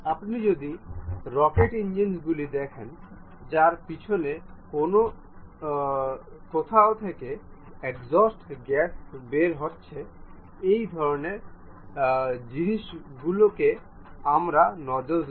আপনি যদি rocket engine গুলি দেখছেন যার পিছনে কোথাও থেকে এক্সহস্ট গ্যাসগুলি বের হচ্ছে এই ধরণের জিনিসগুলোকে আমরা নোজল বলি